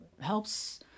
helps